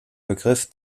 begriff